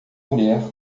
mulher